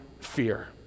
fear